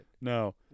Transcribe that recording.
No